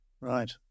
Right